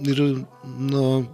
ir nu